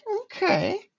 Okay